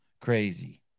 crazy